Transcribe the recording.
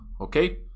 okay